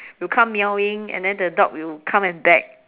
will come meowing and then the dog will come and beg